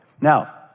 Now